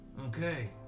Okay